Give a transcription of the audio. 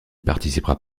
participa